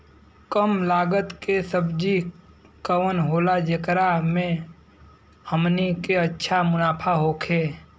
कम लागत के सब्जी कवन होला जेकरा में हमनी के अच्छा मुनाफा होखे?